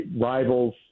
rivals